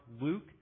Luke